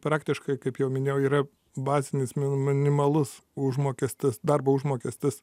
praktiškai kaip jau minėjau yra bazinis minimalus užmokestis darbo užmokestis